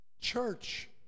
church